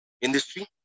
industry